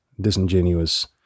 disingenuous